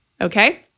Okay